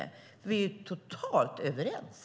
Men vi är totalt överens.